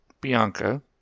Bianca